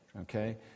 okay